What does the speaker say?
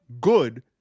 good